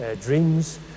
dreams